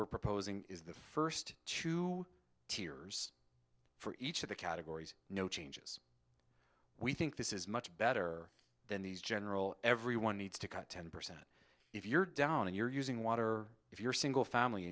we're proposing is the first two tiers for each of the categories no changes we think this is much better than these general everyone needs to cut ten percent if you're down and you're using water if you're single family